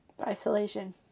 Isolation